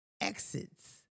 Exits